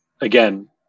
again